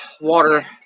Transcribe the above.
water